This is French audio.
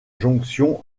jonction